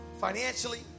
financially